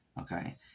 Okay